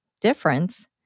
difference